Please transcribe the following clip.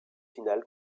finale